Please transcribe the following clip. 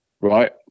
right